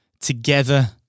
together